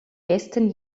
gästen